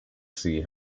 see